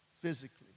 physically